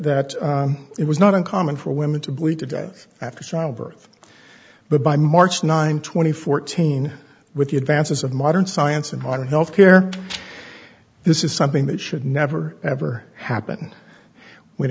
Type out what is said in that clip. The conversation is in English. it was not uncommon for women to bleed to death after childbirth but by march nine twenty fourteen with the advances of modern science and modern health care this is something that should never ever happen when